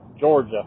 Georgia